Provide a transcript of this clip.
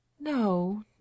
no